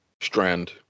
Strand